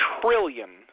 trillion